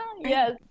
Yes